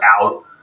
out